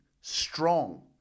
strong